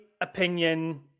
opinion